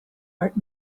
art